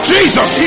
Jesus